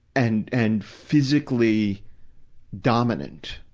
and, and physically dominant.